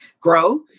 grow